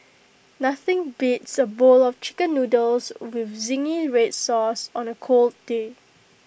nothing beats A bowl of Chicken Noodles with Zingy Red Sauce on A cool day